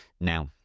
Now